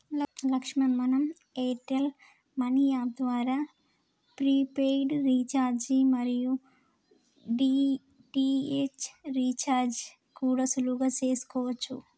లక్ష్మణ్ మనం Airtel money app ద్వారా prepaid recharge మరియు డి.టి.హెచ్ రీఛార్జి కూడా సులువుగా చేసుకోవచ్చు